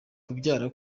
kubyara